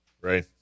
right